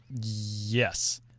Yes